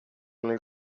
nel